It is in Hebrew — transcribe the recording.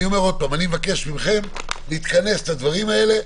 אני מבקש מכם להתכנס לדברים האלה.